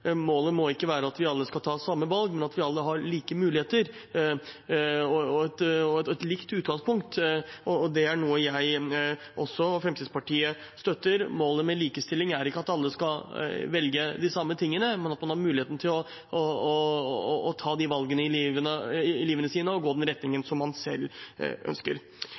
målet må ikke være at vi alle skal ta samme valg, men at vi alle har like muligheter og et likt utgangspunkt. Det er noe også jeg og Fremskrittspartiet støtter. Målet med likestilling er ikke at alle skal velge de samme tingene, men at man har muligheten til å ta de valgene i livet sitt og gå i den retningen som man selv ønsker.